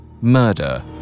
murder